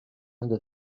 under